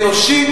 אנושית,